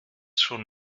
schon